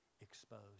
exposed